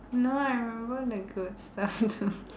no I remember the good stuff too